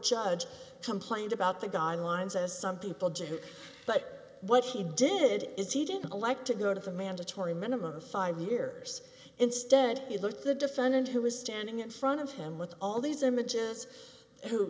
judge complained about the guidelines as some people do but what he did is he didn't like to go to the mandatory minimum of five years instead you look at the defendant who was standing in front of him with all these images who